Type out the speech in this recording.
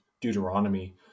Deuteronomy